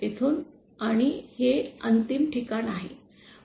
येथून आणि हे अंतिम ठिकाण आहे